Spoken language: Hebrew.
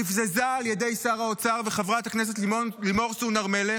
נבזזה על ידי שר האוצר וחברת הכנסת לימור סון הר מלך.